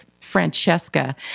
Francesca